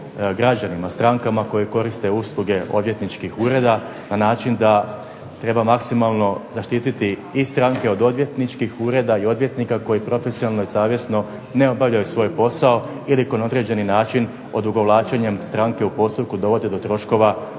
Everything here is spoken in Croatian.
građanima, strankama koje koriste usluge odvjetničkih ureda na način da treba maksimalno zaštititi i stranke od odvjetničkih ureda i odvjetnika koji profesionalno i savjesno ne obavljaju svoj posao ili koji na određeni način odugovlačenjem stranke u postupku dovode do troškova